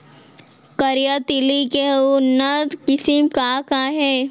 करिया तिलि के उन्नत किसिम का का हे?